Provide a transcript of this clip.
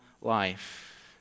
life